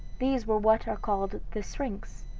these were what are called the syrinx